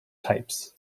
types